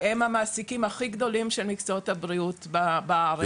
הם המעסיקים הכי גדולים של מקצועות הבריאות בארץ.